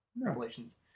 Revelations